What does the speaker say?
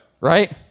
Right